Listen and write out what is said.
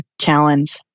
challenge